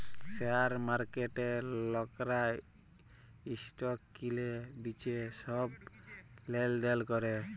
share মার্কেটে লকরা stock কিলে বিঁচে ছব লেলদেল ক্যরে